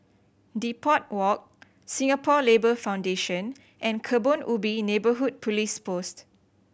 Depot Walk Singapore Labour Foundation and Kebun Ubi Neighbourhood Police Post